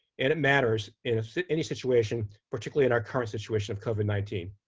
and it matters in any situation, particularly in our current situation of covid nineteen.